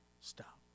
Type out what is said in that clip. Stop